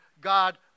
God